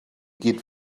gyd